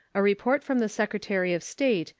a report from the secretary of state,